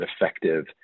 effective